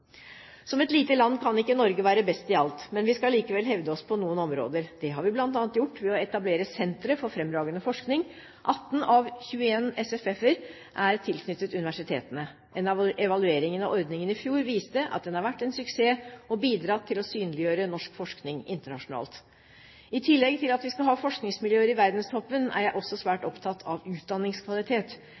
Som et lite land kan ikke Norge være best i alt, men vi skal likevel hevde oss på noen områder. Det har vi bl.a. gjort ved å etablere sentre for fremragende forskning. 18 av 21 SSF-er er tilknyttet universitetene. En evaluering av ordningen i fjor viste at den har vært en suksess og bidratt til å synliggjøre norsk forskning internasjonalt. I tillegg til at vi skal ha forskningsmiljøer i verdenstoppen, er jeg også svært opptatt av utdanningskvalitet.